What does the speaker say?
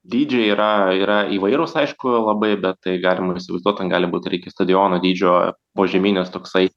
dydžiai yra yra įvairūs aišku labai bet tai galima įsivaizduot ten gali būt ir iki stadiono dydžio požeminis toksai